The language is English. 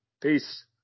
Peace